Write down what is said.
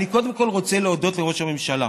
אני קודם כול רוצה להודות לראש הממשלה,